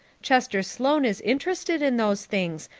chester sloane is interested in those things,